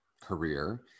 career